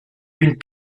une